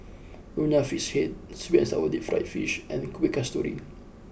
Nonya Fish Head Sweet and Sour Deep Fried Fish and Kueh Kasturi